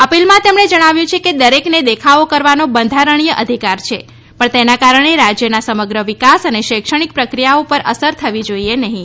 અપીલમાં તેમણે જણાવ્યું છે કે દરેકને દેખાવો કરવાનો બંધારણીય અધિકાર છે પણ તેના કારણે રાજ્યના સમગ્ર વિકાસ અને શૈક્ષણિક પ્રક્રિયા ઉપર અસર થવી જોઈએ નહીં